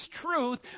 truth